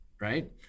right